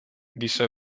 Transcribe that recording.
disse